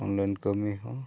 online ᱠᱟᱹᱢᱤ ᱦᱚᱸ